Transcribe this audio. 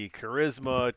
charisma